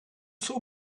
saw